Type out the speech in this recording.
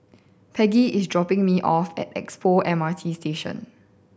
Peggie is dropping me off at Expo M R T Station